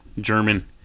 German